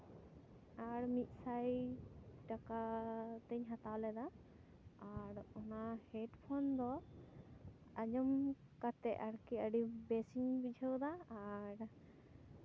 ᱟᱨ ᱢᱤᱫ ᱥᱟᱭ ᱴᱟᱠᱟ ᱛᱤᱧ ᱦᱟᱛᱟᱣ ᱞᱮᱫᱟ ᱟᱨ ᱚᱱᱟ ᱦᱮᱰᱯᱷᱳᱱ ᱫᱚ ᱟᱸᱡᱚᱢ ᱠᱟᱛᱮᱫ ᱟᱨᱠᱤ ᱟᱹᱰᱤ ᱵᱮᱥᱤᱧ ᱵᱩᱡᱷᱟᱹᱣᱫᱟ ᱟᱨ